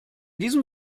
diesem